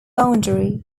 boundary